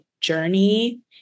journey